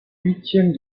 huitième